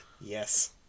Yes